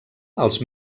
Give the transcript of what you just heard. els